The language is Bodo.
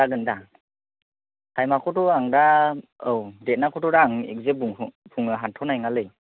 जागोन दा थाइमखौथ' आं दा औ देटखौथ' आं दा इखजेग बुंनो हाथ'नाय नङालै